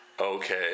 Okay